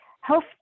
health